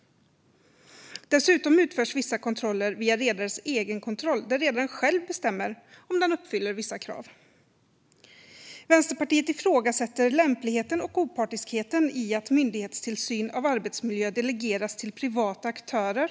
Dessutom utförs vissa kontroller via redares egenkontroll där redaren själv bestämmer om den uppfyller vissa krav. Vänsterpartiet ifrågasätter lämpligheten och opartiskheten i att myndighetstillsyn av arbetsmiljö delegeras till privata aktörer.